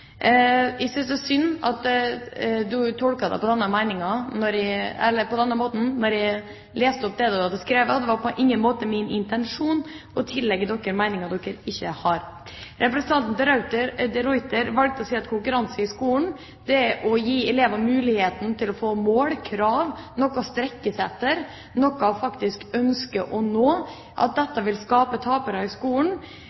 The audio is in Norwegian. på denne måten da jeg leste opp det han hadde skrevet. Det var på ingen måte min intensjon å tillegge regjeringspartiene meninger de ikke har. Representanten de Ruiter valgte å si at konkurranse i skolen – at det å gi elever muligheten til å få mål, krav, noe å strekke seg etter, å faktisk ønske å nå noe – vil skape tapere i skolen. Jeg mener at